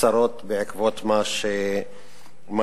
קצרות בעקבות מה שקרה.